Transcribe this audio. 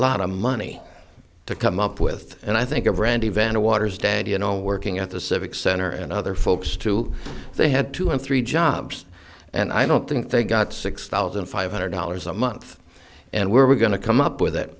lot of money to come up with and i think of randy vanna waters dad you know working at the civic center and other folks too they had two and three jobs and i don't think they got six thousand five hundred dollars a month and we're going to come up with it